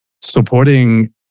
supporting